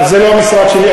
זה לא המשרד שלי.